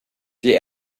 die